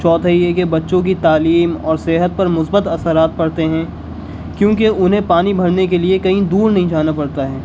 چوتھے یہ کہ بچوں کی تعلیم اور صحت پر مثبت اثرات پڑتے ہیں کیوںکہ انہیں پانی بھرنے کے لیے کہیں دور نہیں جانا پڑتا ہے